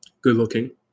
good-looking